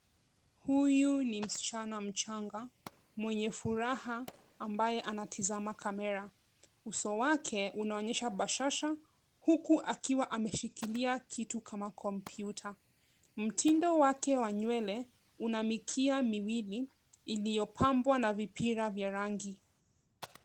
Huyu ni msichana mchanga mwenye furaha ambaye anatizama kamera. Uso wake unaonyesha bashasha huku akiwa ameshikilia kitu kama kompyuta. Mtindo wake wa nywele ina mikia miwili, iliyopambwa na vipira vya rangi.